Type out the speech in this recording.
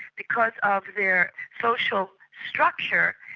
because of their social structure,